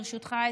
ברשותך,